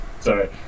Sorry